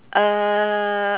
uh